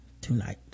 tonight